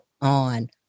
on